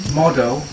model